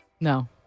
No